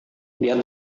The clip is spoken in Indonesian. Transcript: dia